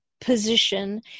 position